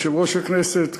יושב-ראש הכנסת,